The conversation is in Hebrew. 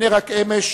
הנה רק אמש